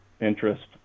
interest